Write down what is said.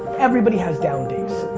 everybody has down days.